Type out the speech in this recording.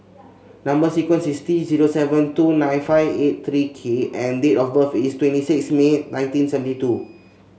number sequence is T zero seven two nine five eight three K and date of birth is twenty six May nineteen seventy two